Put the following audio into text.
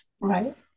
Right